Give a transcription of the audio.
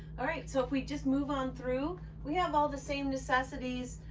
all right so if we just move on through, we have all the same necessities,